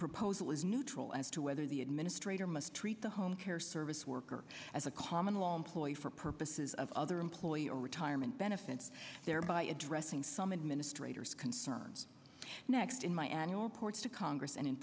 proposal is neutral as to whether the administrator must treat the home care service worker as a common law employee for purposes of other employee or retirement benefits thereby addressing some administrators concerns next in my annual report to congress and in